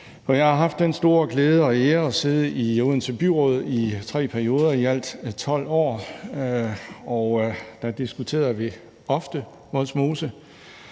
Sogn. Jeg har haft den store glæde og ære at sidde i Odense Byråd i tre perioder, i alt 12 år, og der diskuterede vi ofte Vollsmose,